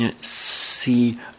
see